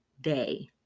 day